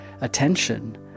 attention